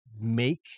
make